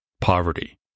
poverty